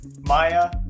Maya